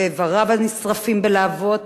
ואיבריו הנשרפים בלהבות